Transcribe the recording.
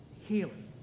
healing